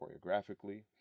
choreographically